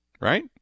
Right